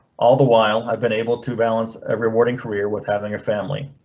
all the while i've been able to balance a rewarding career with having a family.